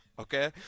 Okay